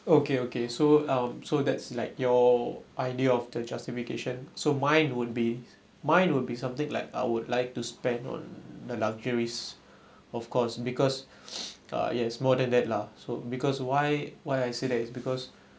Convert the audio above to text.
okay okay so um so that's like your idea of the justification so mine would be mine would be something like I would like to spend on the luxuries of course because uh it has more than that lah so because why why I said that is because